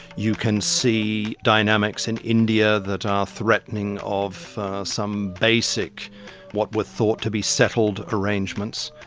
you can see dynamics in india that are threatening of some basic what were thought to be settled arrangements.